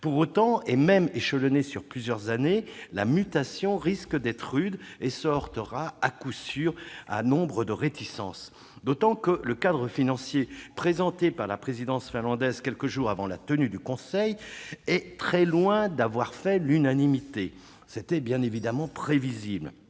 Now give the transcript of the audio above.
Pour autant, même échelonnée sur plusieurs années, la mutation risque d'être rude et se heurtera à coup sûr à nombre de réticences, d'autant que le cadre financier présenté par la présidence finlandaise quelques jours avant la tenue du Conseil européen est très loin d'avoir fait l'unanimité. C'était bien évidemment prévisible.